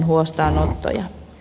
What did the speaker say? anteeksi